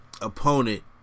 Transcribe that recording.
opponent